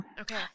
Okay